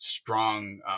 strong